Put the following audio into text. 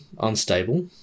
unstable